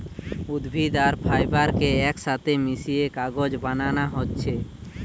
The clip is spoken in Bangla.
উদ্ভিদ আর ফাইবার কে একসাথে মিশিয়ে কাগজ বানানা হচ্ছে